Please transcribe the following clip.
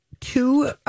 two